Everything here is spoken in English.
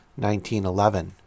1911